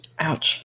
ouch